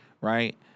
right